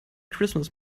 christmas